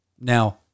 Now